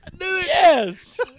Yes